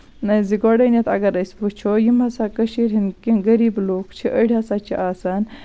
زِ گۄڈٕنیٚتھ اَگر أسۍ وُچھو یِم ہسا کٔشیٖر ہِنٛدۍ کیٚنٛہہ غریٖب لُکھ چھِ أڑۍ ہسا چھِ آسان